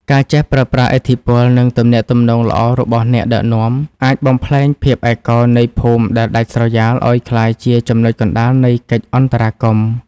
ការចេះប្រើប្រាស់ឥទ្ធិពល និងទំនាក់ទំនងល្អរបស់អ្នកដឹកនាំ អាចបំប្លែងភាពឯកោនៃភូមិដែលដាច់ស្រយាលឱ្យក្លាយជាចំណុចកណ្ដាលនៃកិច្ចអន្តរាគមន៍។